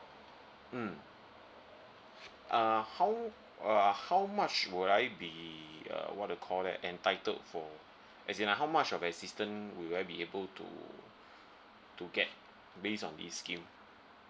mm err how err how much would I be uh what to call that entitled for as in like how much of assistance will I be able to to get based on this scheme